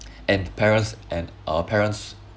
and parents and our parents